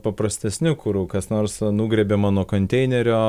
paprastesniu kuru kas nors nugriebiama nuo konteinerio